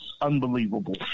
Unbelievable